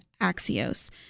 Axios